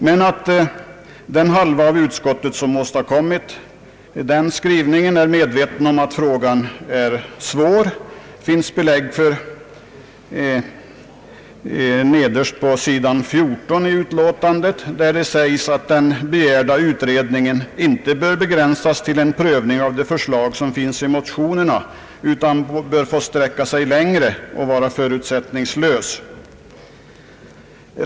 Men att den hälft av utskottet som åstadkommit detta är medveten om att frågan är svår finns det belägg för nederst på sidan 14 i utlåtandet. Där säges att den begärda utredningen inte bör begränsas till prövning av det förslag som finns i motionerna utan bör sträcka sig längre och vara förutsättningslös.